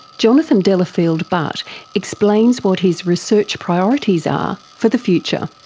jonathan delafield-butt explains what his research priorities are for the future.